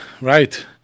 right